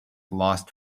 lost